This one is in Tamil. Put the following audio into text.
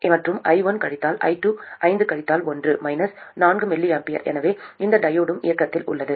மற்றும் i1 கழித்தல் i2 5 கழித்தல் 1 4 mA எனவே இந்த டையோடும் இயக்கத்தில் உள்ளது